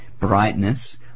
brightness